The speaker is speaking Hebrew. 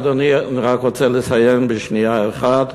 אדוני, אני רק רוצה לסיים בשנייה אחת.